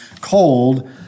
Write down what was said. cold